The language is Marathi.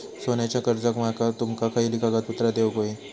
सोन्याच्या कर्जाक माका तुमका खयली कागदपत्रा देऊक व्हयी?